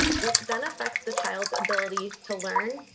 which then affects the child's ability to learn,